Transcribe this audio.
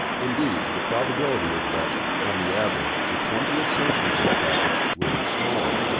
indeed the probability is that, on the average, the twentieth century mail-packets will be smaller,